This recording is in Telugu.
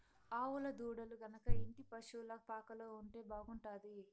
ఆవుల దూడలు గనక ఇంటి పశుల పాకలో ఉంటే బాగుంటాది